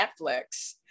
Netflix